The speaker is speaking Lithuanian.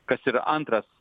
kas yra antras